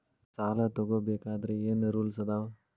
ಸಾಲ ತಗೋ ಬೇಕಾದ್ರೆ ಏನ್ ರೂಲ್ಸ್ ಅದಾವ?